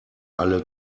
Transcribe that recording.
alle